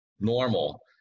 normal